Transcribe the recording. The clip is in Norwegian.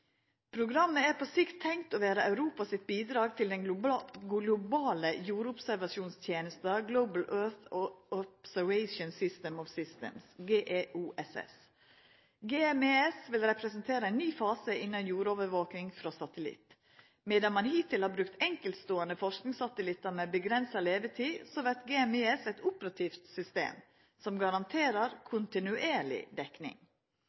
Programmet er på sikt tenkt å vera Europa sitt bidrag til den globale jordobservasjonstenesta Global Earth Observation System of Systems, GEOSS. GMES vil representera ein ny fase innan jordovervaking frå satellitt. Medan ein hittil har brukt enkeltståande forskingssatellittar med avgrensa levetid, vert GMES eit operativt system, som garanterer kontinuerlig dekning.